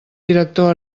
director